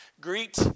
Greet